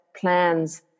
plans